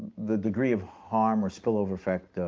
the degree of harm or spillover effect,